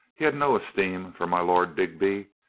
he had no esteem for my lord digby,